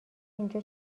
اینجا